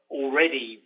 already